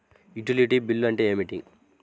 Utility bill అంటే ఏమిటి?